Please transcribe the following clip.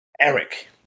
Eric